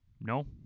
No